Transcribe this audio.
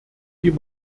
die